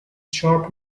sharp